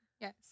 yes